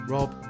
Rob